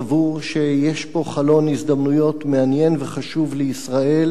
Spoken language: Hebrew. סבור שיש פה חלון הזדמנויות מעניין וחשוב לישראל